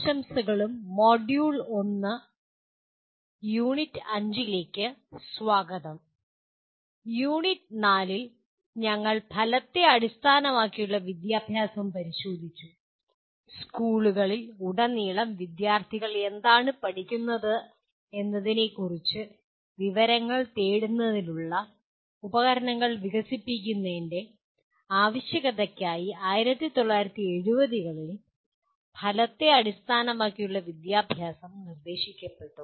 ആശംസകളും module 1 unit 5 ലെക്ക് സ്വാഗതവും യൂണിറ്റ് 4 ൽ ഞങ്ങൾ ഫലത്തെ അടിസ്ഥാനമാക്കിയുള്ള വിദ്യാഭ്യാസം പരിശോധിച്ചു സ്കൂളുകളിൽ ഉടനീളം വിദ്യാർത്ഥികൾ എന്താണ് പഠിക്കുന്നതെന്നതിനെക്കുറിച്ചുള്ള വിവരങ്ങൾ നേടുന്നതിനുള്ള ഉപകരണങ്ങൾ വികസിപ്പിക്കേണ്ടതിന്റെ ആവശ്യകതയ്ക്കായി 1970 കളിൽ ഫലത്തെ അടിസ്ഥാനമാക്കിയുള്ള വിദ്യാഭ്യാസം നിർദ്ദേശിക്കപ്പെട്ടു